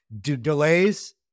Delays